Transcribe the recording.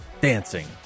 Dancing